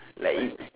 like you